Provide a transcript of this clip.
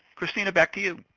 kristina, back to you.